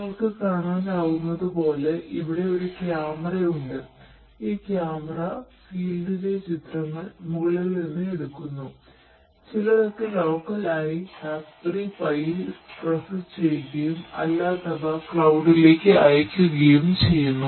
നിങ്ങൾക്ക് കാണാനാകുന്നതുപോലെ ഇവിടെ ഒരു ക്യാമറയുണ്ട് ചെയ്യുന്നു